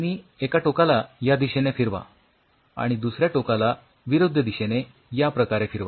तुम्ही एका टोकाला या दिशेने फिरवा आणि दुसऱ्या टोकाला विरुद्ध दिशेने या प्रकारे फिरवा